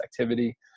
activity